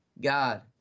God